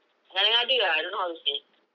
ngada-ngada ah I don't know how to say